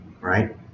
right